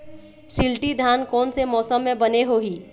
शिल्टी धान कोन से मौसम मे बने होही?